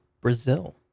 Brazil